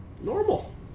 normal